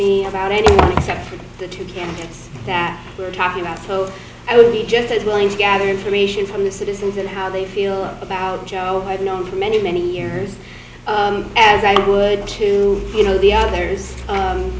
me about anything except the two candidates that we're talking about so i would be just as willing to gather information from the citizens and how they feel about joe i've known for many many years as a good to you know the others